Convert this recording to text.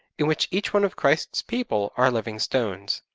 in which each one of christ's people are living stones,